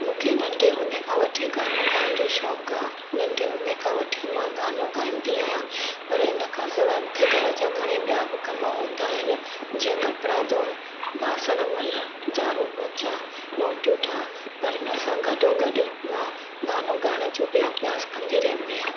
मूंखे नंढे हूंदे खां वठी गानो ॻाइण जो शौक़ु आहे नंढे हूंदे खां वठी मां गानो ॻाईंदी आहियां पर हिन खां सवाइ मूंखे घर जा घणेई ॿिया बि कमु हूंदा आहिनि जीअं कपिड़ा धोअणु बासणु मल्हणु झाडू पोचा रोटियूं ठाहिण पर हिन सां गॾो गॾु मां गानो ॻाइण जो बि अभ्यास कंदी रहंदी आहे